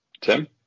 Tim